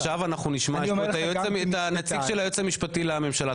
עכשיו אנחנו נשמע את נציג היועצת המשפטית לממשלה.